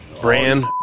Brand